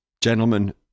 gentlemen